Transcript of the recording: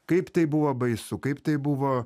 kaip tai buvo baisu kaip tai buvo